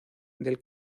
del